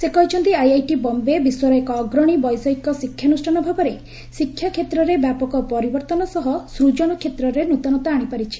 ସେ କହିଛନ୍ତି ଆଇଆଇଟି ବମ୍ଘେ ବିଶ୍ୱର ଏକ ଅଗ୍ରଣୀ ବୈଷୟିକ ଶିକ୍ଷାନୁଷ୍ଠାନ ଭାବରେ ଶିକ୍ଷାକ୍ଷେତ୍ରରେ ବ୍ୟାପକ ପରିବର୍ତ୍ତନ ସହ ସ୍କଜନ କ୍ଷେତ୍ରରେ ନ୍ତନତା ଆଣିପାରିଛି